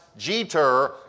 Jeter